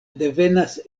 devenas